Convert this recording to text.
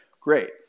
great